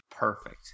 Perfect